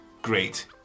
Great